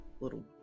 little